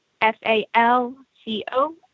F-A-L-C-O